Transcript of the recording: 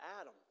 Adam